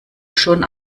schon